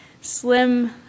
slim